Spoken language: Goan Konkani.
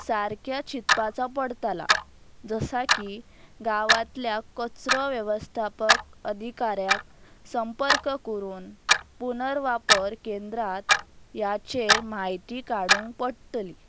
सारक्या चिंतपाचां पडतालां जसां की गांवांतल्या कचरो वेवस्थापक अधिकाऱ्याक संपर्क करून पुनर्वापर केंद्रांत ह्याचेर म्हायती काडूंक पडटली